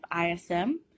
ISM